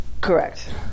Correct